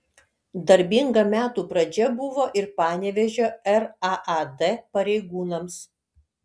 darbinga metų pradžia buvo ir panevėžio raad pareigūnams